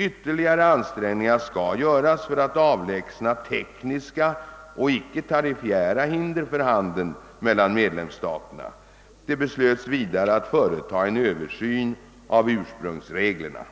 Ytterligare ansträngningar skall göras för att avlägsna tekniska och icke-tariffära hinder för handeln mellan medlemsstaterna. Det beslöts vidare att företa en översyn av ursprungsreglerna.